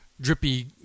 drippy